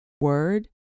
word